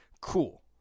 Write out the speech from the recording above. cool